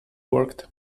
worked